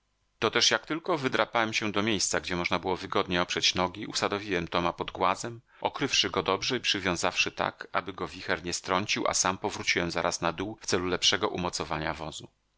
to też jak tylko wydrapałem się do miejsca gdzie można było wygodnie oprzeć nogi usadowiłem toma pod głazem okrywszy go dobrze i przywiązawszy tak aby go wicher nie strącił a sam powróciłem zaraz na dół w celu lepszego umocowania wozu